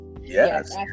Yes